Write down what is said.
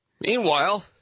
Meanwhile